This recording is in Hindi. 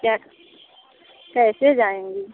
क्या कैसे जाएँगी